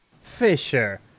Fisher